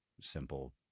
simple